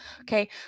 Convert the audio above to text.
Okay